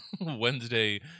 Wednesday